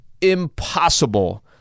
Impossible